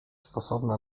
stosowna